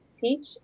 Peach